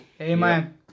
Amen